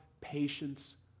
patience